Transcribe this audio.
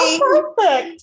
perfect